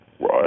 right